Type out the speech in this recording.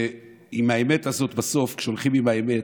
ועם האמת הזאת, בסוף, כשהולכים עם האמת,